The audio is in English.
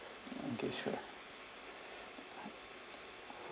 okay sure